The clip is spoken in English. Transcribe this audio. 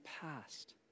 past